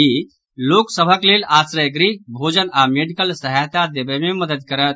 ई लोक सभक लेल आश्रयगृह भोजन आ मेडिकल सहायता देबय मे मददि करत